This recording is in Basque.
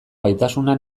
gaitasuna